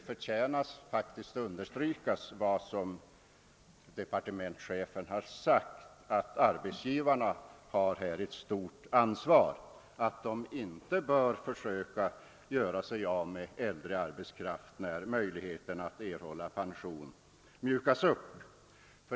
Departementschefens uttalande att arbetsgivarna har ett stort ansvar i samband med uppmjukandet av möjligheten att erhålla pension, så att de inte då försöker göra sig av med äldre arbetskraft, förtjänar att understrykas.